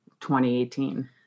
2018